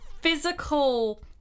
physical